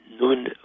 Nun